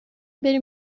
بریم